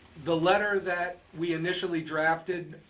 the letter that we initially drafted,